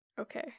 Okay